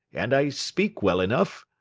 and i speak well enough.